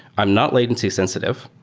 i'm not latency-sensitive.